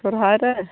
ᱥᱚᱨᱦᱟᱭᱨᱮ